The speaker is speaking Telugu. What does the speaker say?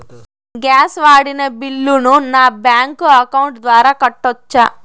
గ్యాస్ వాడిన బిల్లును నా బ్యాంకు అకౌంట్ ద్వారా కట్టొచ్చా?